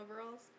overalls